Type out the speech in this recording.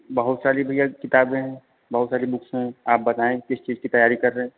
बहुत सारी भैया किताबें हैं बहुत सारी बुक्स हैं आप बताएँ किस चीज़ की तैयारी कर रहे हैं